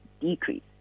decrease